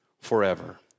forever